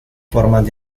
formas